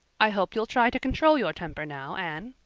i hope you'll try to control your temper now, anne.